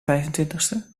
vijfentwintigste